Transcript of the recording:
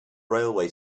railway